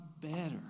better